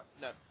No